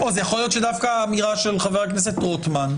אז יכול להיות שדווקא האמירה של חבר הכנסת רוטמן,